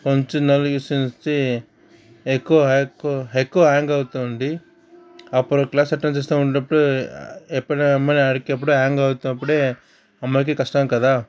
కొంచెం ఆగి చూస్తే ఎక్కువ ఎక్కువ ఎక్కువ హ్యాంగ్ అవుతుంది అప్పుడు క్లాస్ అటెండ్ చేస్తూ ఉండేప్పుడు ఎప్పుడు హ్యాంగ్ అవుతున్నప్పుడే అమ్మాయికి కష్టం కదా